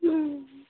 হুম